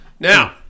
Now